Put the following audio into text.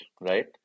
right